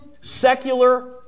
secular